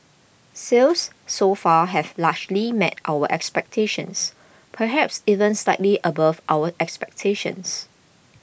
sales so far have largely met our expectations perhaps even slightly above our expectations